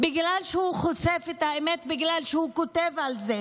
בגלל שהוא חושף את האמת, בגלל שהוא כותב על זה.